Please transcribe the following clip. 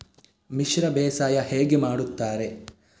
ಮಿಶ್ರ ಬೇಸಾಯ ಹೇಗೆ ಮಾಡುತ್ತಾರೆ?